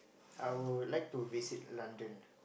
I would like to visit London